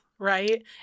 Right